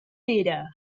pere